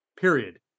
period